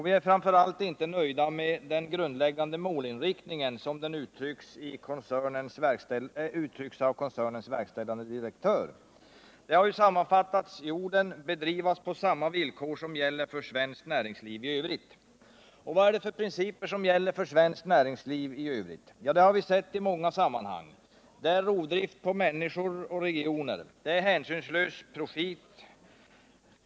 Vi är framför allt inte nöjda med den grundläggande målinriktningen såsom den uttrycks av koncernens verkställande direktör och vilken sammanfattats med orden: ”——— bedrivas på samma villkor som gäller för svenskt näringsliv i övrigt”. Vilka är de principer som gäller för svenskt näringsliv i övrigt? Ja, resultatet av dessa har vi sett i många sammanhang. Det gäller rovdrift på människor och regioner samt hänsynslös profit.